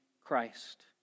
Christ